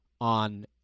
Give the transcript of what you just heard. on